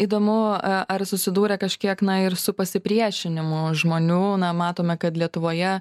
įdomu ar susidūrė kažkiek na ir su pasipriešinimu žmonių na matome kad lietuvoje